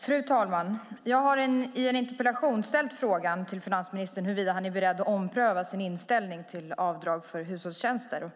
Fru talman! Jag har i en interpellation ställt frågan till finansministern huruvida han är beredd att ompröva sin inställning till avdrag för hushållstjänster, och